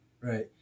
right